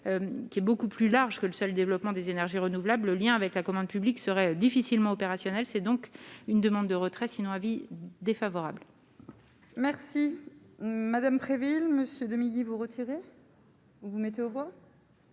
qui est beaucoup plus large que le seul développement des énergies renouvelables, le lien avec la commande publique serait difficilement opérationnel, c'est donc une demande de retrait sinon avis défavorable. Merci madame très ville Monsieur 2010 vous retirer. Vous mettez au revoir.